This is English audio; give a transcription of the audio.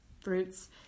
fruits